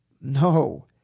No